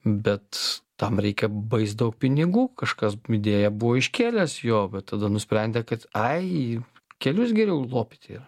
bet tam reikia bais daug pinigų kažkas idėją buvo iškėlęs jo bet tada nusprendė kad ai kelius geriau lopyti yra